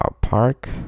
park